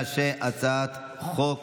להעביר את הצעת חוק